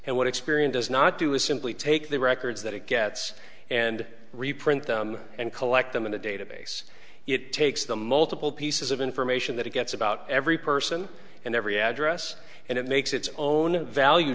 and what experience does not do is simply take the records that it gets and reprint them and collect them in a database it takes the multiple pieces of information that it gets about every person and every address and it makes its own value